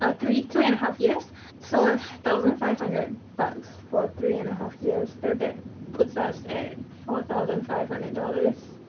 ah three three and a half years. so, a thousand five hundred for three and a half years. that that puts us at. four thousand five hundred dollars.